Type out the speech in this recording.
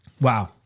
Wow